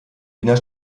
wiener